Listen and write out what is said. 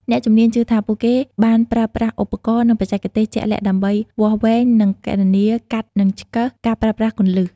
អ្នកជំនាញជឿថា ពួកគេបានប្រើប្រាស់ឧបករណ៍ និងបច្ចេកទេសជាក់លាក់ដើម្បី វាស់វែងនិងគណនា កាត់និងឆ្កឹះ ការប្រើប្រាស់គន្លឹះ។